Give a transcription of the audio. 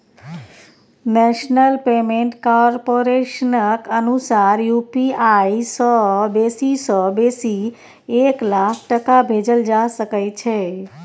national payment कारपोरेशनक अनुसार UPI सँ बेसी सँ बेसी एक लाख टका भेजल जा सकै छै